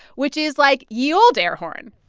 which is like ye old air horn